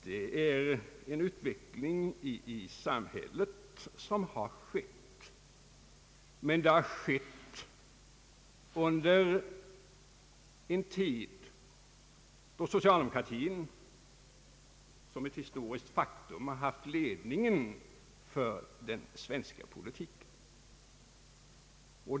Det har skett en utveckling i samhället, men den har skett under en tid då socialdemokratin — det är ett historiskt faktum — haft ledningen för den svenska politiken.